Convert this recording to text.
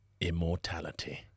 immortality